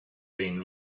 been